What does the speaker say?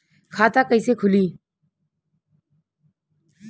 खाता कईसे खुली?